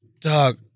Dog